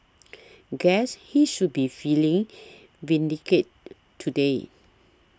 guess he should be feeling vindicate today